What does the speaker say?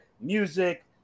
music